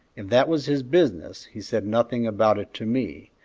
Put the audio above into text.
if that was his business, he said nothing about it to me,